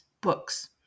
books